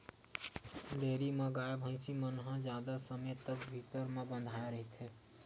dairy म गाय, भइसी मन ह जादा समे तक भीतरी म बंधाए रहिथे